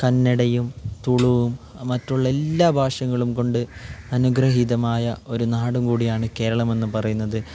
കന്നടയും തുളുവും മറ്റുള്ള എല്ലാ ഭാഷകളും കൊണ്ട് അനുഗ്രഹീതമായ ഒരു നാടു കൂടിയാണ് കേരളം എന്നു പറയുന്നത്